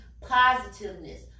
positiveness